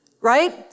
Right